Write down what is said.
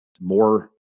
more